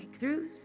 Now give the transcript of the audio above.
Breakthroughs